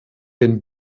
den